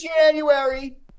January